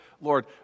Lord